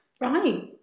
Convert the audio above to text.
Right